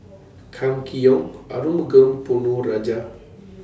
Kam Kee Yong Arumugam Ponnu Rajah